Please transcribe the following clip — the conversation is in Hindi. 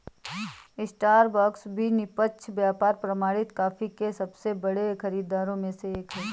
स्टारबक्स भी निष्पक्ष व्यापार प्रमाणित कॉफी के सबसे बड़े खरीदारों में से एक है